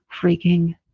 freaking